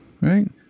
right